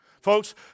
Folks